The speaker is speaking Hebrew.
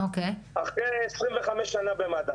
אחרי 25 שנה במד"א,